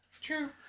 True